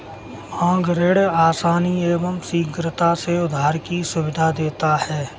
मांग ऋण आसानी एवं शीघ्रता से उधार की सुविधा देता है